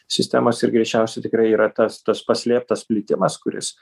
sistemos ir greičiausiai tikrai yra tas tas paslėptas plitimas kuris